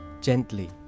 gently